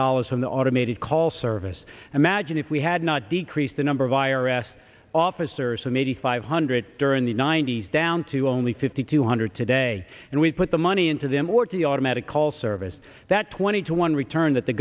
dollars from the automated call service imagine if we had not decreased the number of i r s officers from eighty five hundred during the ninety's down to only fifty two hundred today and we put the money into them or the automatic call service that twenty to one return that the